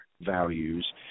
values